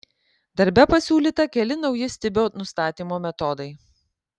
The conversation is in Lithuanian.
darbe pasiūlyta keli nauji stibio nustatymo metodai